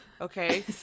Okay